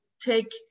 take